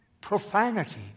profanity